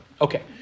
Okay